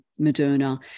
Moderna